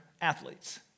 athletes